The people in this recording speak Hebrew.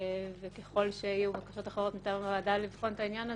וככל שיהיו בקשות אחרות מטעם הוועדה לבחון את העניין הזה,